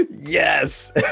Yes